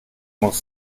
muss